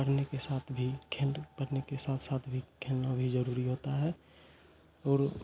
पढ़ने के साथ भी खेल पढ़ने के साथ साथ भी खेलना भी जरुरी होता है और